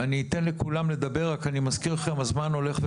כי אנחנו רוצים לשמוע אותם והזמן מתקצר.